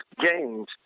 games